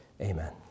Amen